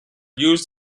used